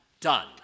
done